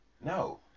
no